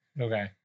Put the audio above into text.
Okay